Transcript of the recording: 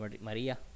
Maria